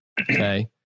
Okay